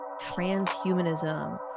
Transhumanism